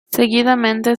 seguidamente